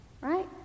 right